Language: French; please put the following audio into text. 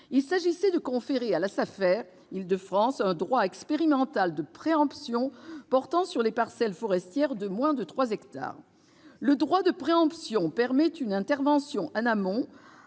Il s'agissait de conférer à la Safer Île-de-France un droit expérimental de préemption portant sur les parcelles forestières de moins de trois hectares. Le droit de préemption permet une intervention en amont,